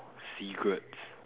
cigarettes